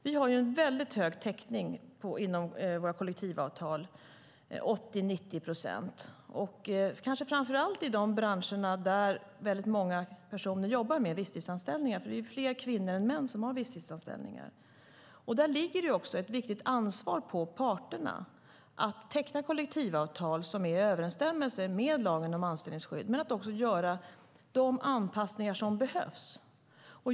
Vi har en mycket hög täckning inom våra kollektivavtal, 80-90 procent, framför allt kanske i de branscher där många har visstidsanställning; det är fler kvinnor än män som har visstidsanställning. Därför ligger det ett stort ansvar på parterna att teckna kollektivavtal som är i överensstämmelse med lagen om anställningsskydd men också göra de anpassningar som behövs.